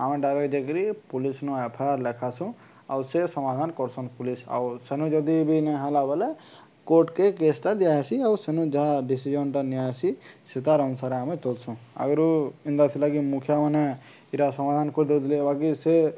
ଆମେ ଯକିରି ପୋଲିସନ ଏଫେୟାର୍ ଲେଖାସୁଁ ଆଉ ସେ ସମାଧାନ କରସନ୍ ପୋଲିସ ଆଉ ସେନୁ ଯଦି ବି ନହେଲା ବୋଲେ କୋର୍ଟକେ କେସ୍ଟା ଦିଆ ହେସି ଆଉ ସେନୁ ଯାହା ଡିସିଜନଟା ନିଆ ହେସି ସେ ତାର୍ ଅନୁସାରେ ଆମେ ତଲସୁଁ ଆଗରୁ ପିନ୍ଧତା ଥିଲା କି ମୁଖିଆ ମାନେ ଏଇରା ସମାଧାନ କରିଦଉଥିଲେ ବାକି ସେ